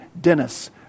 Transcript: Dennis